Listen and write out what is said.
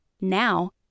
Now